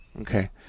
Okay